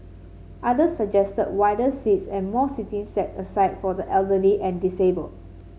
other suggested wider seats and more seating set aside for the elderly and disabled